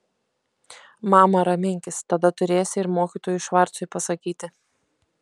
mama raminkis tada turėsi ir mokytojui švarcui pasakyti